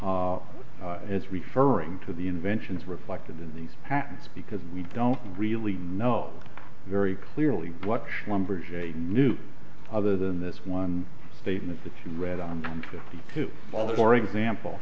invention as referring to the inventions reflected in these patents because we don't really know very clearly what schlumberger knew other than this one statement that you read on fifty two although for example